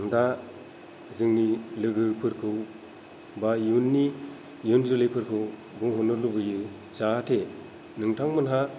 दा जोंनि लोगोफोरखौ बा इयुननि इयुन जोलैफोरखौ बुंहरनो लुबैयो जाहाथे नोंथांमोनहा